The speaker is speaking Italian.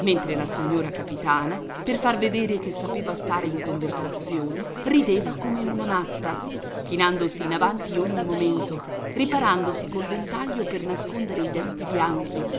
mentre la signora capitana per far vedere che sapeva stare in conversazione rideva come una matta chinandosi in avanti ogni momento riparandosi col ventaglio per nascondere i denti bianchi